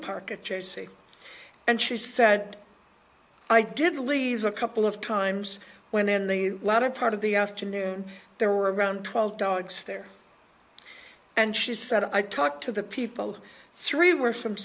park a chair seat and she said i did leave a couple of times when in the latter part of the afternoon there were around twelve dogs there and she said i talked to the people who three were from